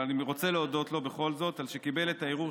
אבל אני רוצה להודות לו בכל זאת על כך שקיבל את הערעור